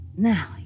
Now